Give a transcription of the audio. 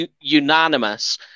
unanimous